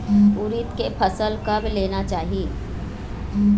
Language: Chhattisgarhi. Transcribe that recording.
उरीद के फसल कब लेना चाही?